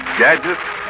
gadgets